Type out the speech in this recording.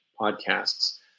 podcasts